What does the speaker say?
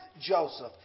Joseph